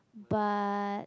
but